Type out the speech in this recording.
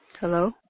Hello